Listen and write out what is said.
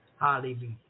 Hallelujah